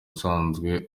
usanzwe